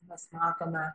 mes matome